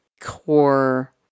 core